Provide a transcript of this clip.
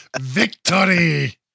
victory